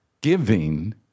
giving